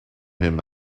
him